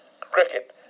cricket